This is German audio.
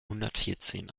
hundertvierzehn